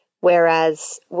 Whereas